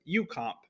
UCOMP